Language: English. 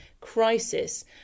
crisis